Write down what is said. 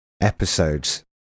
episodes